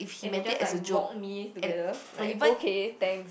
and he just like mock me together like okay thanks